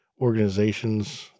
organizations